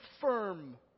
firm